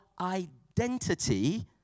identity